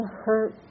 hurt